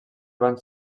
van